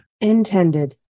Intended